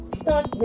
start